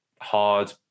hard